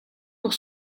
pour